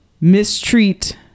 mistreat